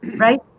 right